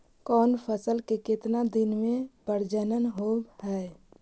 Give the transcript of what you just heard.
कौन फैसल के कितना दिन मे परजनन होब हय?